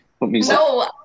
No